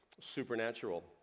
supernatural